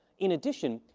in addition,